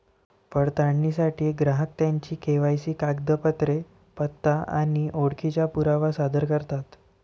पडताळणीसाठी ग्राहक त्यांची के.वाय.सी कागदपत्रे, पत्ता आणि ओळखीचा पुरावा सादर करतात